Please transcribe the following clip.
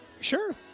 Sure